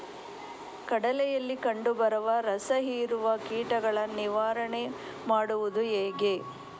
ಕಡಲೆಯಲ್ಲಿ ಕಂಡುಬರುವ ರಸಹೀರುವ ಕೀಟಗಳ ನಿವಾರಣೆ ಮಾಡುವುದು ಹೇಗೆ?